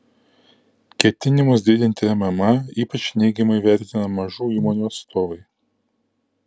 ketinimus didinti mma ypač neigiamai vertina mažų įmonių atstovai